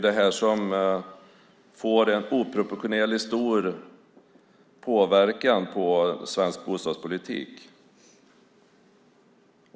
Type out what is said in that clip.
Detta får en oproportionerligt stor påverkan på svensk bostadspolitik.